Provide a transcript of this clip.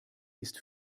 ist